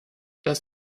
das